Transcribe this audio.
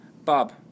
Bob